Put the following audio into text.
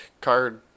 card